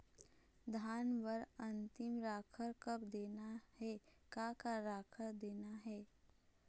धान बर अन्तिम राखर कब देना हे, का का राखर देना हे?